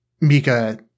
Mika